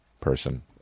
person